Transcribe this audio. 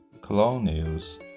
Colonials